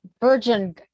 Virgin